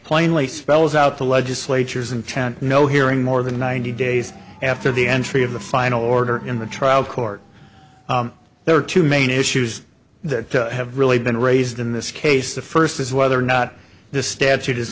plainly spells out the legislature's intent no hearing more than ninety days after the entry of the final order in the trial court there are two main issues that have really been raised in this case the first is whether or not this statute is